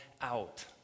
out